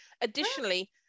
Additionally